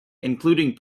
including